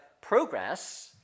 progress